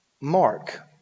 Mark